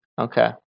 Okay